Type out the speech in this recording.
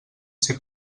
ser